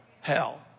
hell